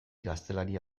gaztelania